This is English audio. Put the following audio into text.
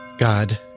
God